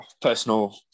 personal